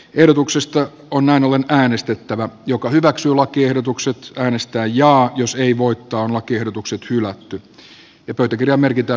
ehdotuksesta on näin ollen äänestettävä joka hyväksyy lakiehdotukset äänestää jaa jos ei voittaa on lakiehdotukset hylätty